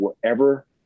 wherever